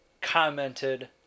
commented